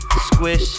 Squish